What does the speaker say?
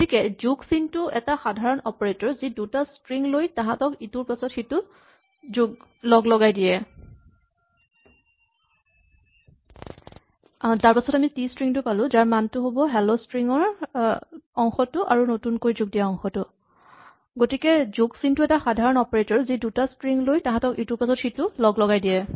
গতিকে যোগ চিনটো এটা সাধাৰণ অপাৰেটৰ যি দুটা ষ্ট্ৰিং লৈ তাহাঁতক ইটোৰ পাছত সিটোক লগলগাই দিয়ে